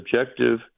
objective